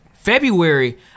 February